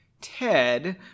Ted